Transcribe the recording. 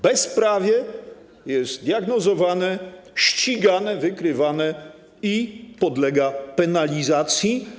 Bezprawie jest diagnozowane, ścigane, wykrywane i podlega penalizacji.